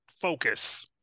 focus